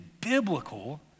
biblical